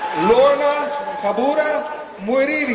lorna kabura muiruri